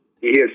Yes